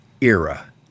era